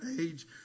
age